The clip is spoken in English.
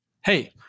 Hey